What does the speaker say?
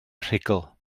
rhugl